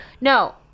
No